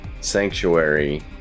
Sanctuary